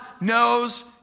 knows